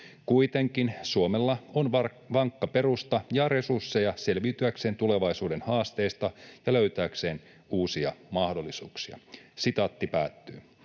Kuitenkin Suomella on vankka perusta ja resursseja selviytyäkseen tulevaisuuden haasteista ja löytääkseen uusia mahdollisuuksia.” Arvoisa